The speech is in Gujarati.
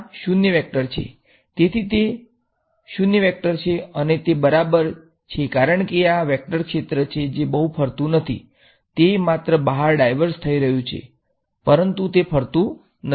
તેથી આ શુન્ય વેકટર છે તેથી તે 0 વેક્ટર છે અને તે બરાબર છે કારણ કે આ વેક્ટર ક્ષેત્ર છે જે બહુ ફરતું નથી તે માત્ર બહાર ડાઈવર્જ થઈ રહ્યું છે પરંતુ તે ફરતું નથી